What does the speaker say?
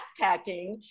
backpacking